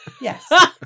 yes